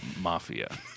Mafia